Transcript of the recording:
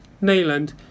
Nayland